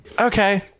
okay